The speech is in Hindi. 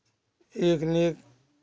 एक न एक